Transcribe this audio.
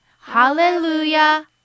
hallelujah